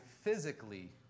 physically